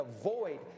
avoid